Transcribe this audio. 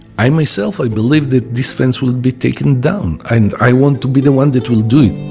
i myself i believe that this fence will be taken down, and i want to be the one that will do it